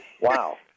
Wow